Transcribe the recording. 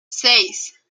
seis